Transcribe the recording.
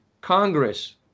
Congress